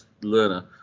learner